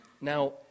Now